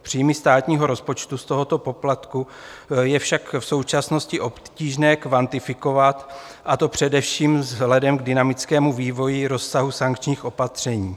Příjmy státního rozpočtu z tohoto poplatku je však v současnosti obtížné kvantifikovat, a to především vzhledem k dynamickému vývoji rozsahu sankčních opatření.